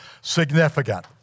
significant